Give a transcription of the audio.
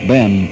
Ben